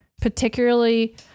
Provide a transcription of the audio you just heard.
particularly